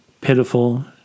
pitiful